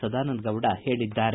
ಸದಾನಂದ ಗೌಡ ಹೇಳಿದ್ದಾರೆ